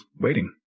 waiting